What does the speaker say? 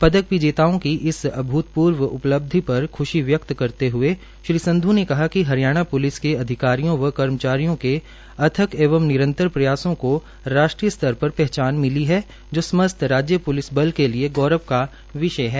पदक विजेताओं की इस अभूतपूर्व उपलब्धि पर ख्शी व्यक्त करते हए श्री सन्ध् ने कहा कि हरियाणा प्लिस के अधिकारियों व कर्मचारियों के अथक एवं निरंतर प्रयासों को राष्ट्रीय स्तर पर पहचान मिली है जो समस्त राज्य प्लिस बल के लिए गौरव का विषय है